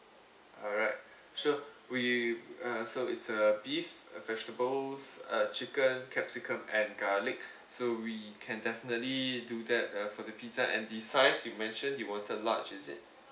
alright sure we uh so it's a beef vegetables uh chicken capsicum and garlic so we can definitely do that for the pizza and the size you mention you wanted large is it